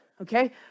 Okay